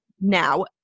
now